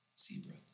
zebra